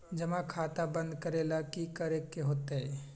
जमा खाता बंद करे ला की करे के होएत?